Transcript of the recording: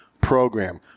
program